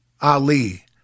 Ali